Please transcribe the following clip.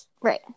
Right